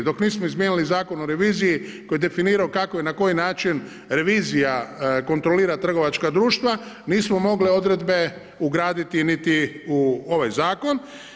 Dok nismo izmijenili Zakon o reviziji koji je definirao kako i na koji način revizija kontrolira trgovačka društva nismo mogli odredbe ugraditi niti u ovaj zakon.